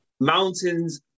Mountains